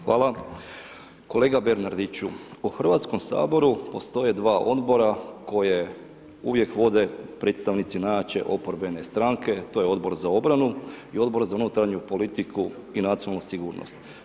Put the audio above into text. Hvala, kolega Bernardiću u Hrvatskom saboru postoje dva odbora koje uvijek vode predstavnici najjače oporbene stranke to je Odbor za obranu i Odbor za unutarnju politiku i nacionalnu sigurnost.